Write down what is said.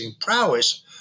prowess